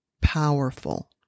powerful